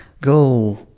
Go